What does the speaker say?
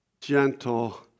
gentle